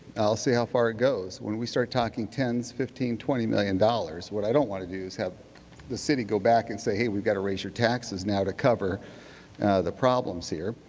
i will see how far it goes. when we start talking tens, fifteen, twenty million dollars what i don't want to do is have the city go back and say hey, we've got to raise your taxes now to cover the problems here.